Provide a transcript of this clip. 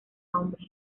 hombres